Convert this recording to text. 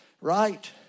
right